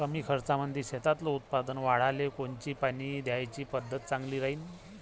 कमी खर्चामंदी शेतातलं उत्पादन वाढाले कोनची पानी द्याची पद्धत चांगली राहीन?